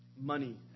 money